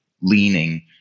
leaning